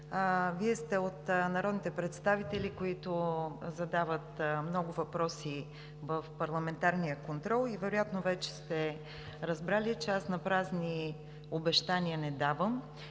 Вие сте от народните представители, които задават много въпроси в парламентарния контрол и вероятно вече сте разбрали, че аз напразни обещания не давам.